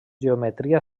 geometria